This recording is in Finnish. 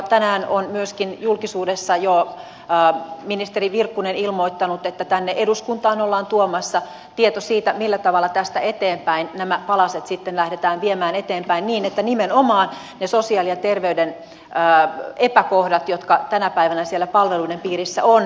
tänään on myöskin julkisuudessa jo ministeri virkkunen ilmoittanut että tänne eduskuntaan ollaan tuomassa tieto siitä millä tavalla tästä eteenpäin nämä palaset sitten lähdetään viemään eteenpäin niin että nimenomaan ne sosiaali ja terveysalan epäkohdat jotka tänä päivänä siellä palveluiden piirissä on